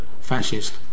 fascist